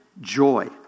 joy